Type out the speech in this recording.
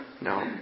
No